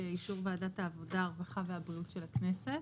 אישור ועדת העבודה הרווחה והבריאות של הכנסת.